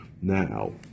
Now